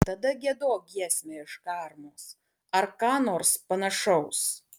tada giedok giesmę iš karmos ar ką nors panašaus